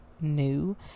new